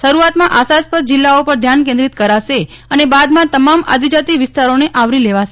શરૂઆત માં આશાસ્પદ જિલ્લાઓ પર ધ્યાન કેન્દ્રિત કરાશે અને બાદમાં તમામ આદિજાતિ વિસ્તારોને આવરી લેવાશે